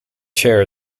chair